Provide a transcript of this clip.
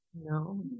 No